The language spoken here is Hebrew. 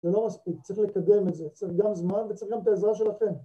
זה לא מספיק, צריך לקדם את זה, צריך גם זמן וצריך גם את העזרה שלכם